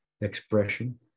expression